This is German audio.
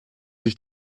sich